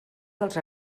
dels